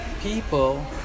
People